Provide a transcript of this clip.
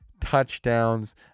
touchdowns